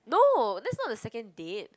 no that's not the second date